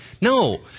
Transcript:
No